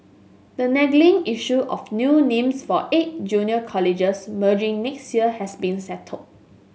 the niggling issue of new names for eight junior colleges merging next year has been settled